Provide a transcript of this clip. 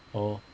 oh